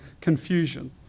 confusion